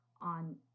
on